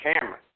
camera